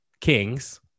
kings